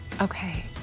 Okay